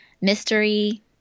mystery –